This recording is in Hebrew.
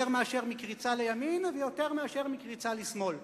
מאשר מקריצה לימין ויותר מאשר מקריצה לשמאל.